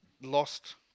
lost